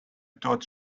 thought